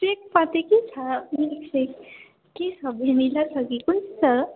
सेकमा चाहिँ के छ मिल्क सेक के छ भेनिला छ कि कुन छ